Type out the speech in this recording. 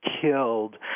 killed